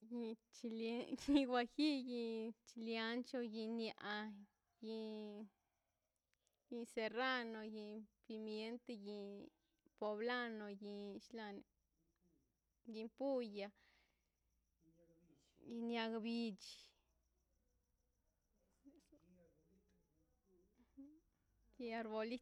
in guajilli in chili anch inia mi in serrano in pimiente in poblano in inshlan in puya in yag bich in arbolit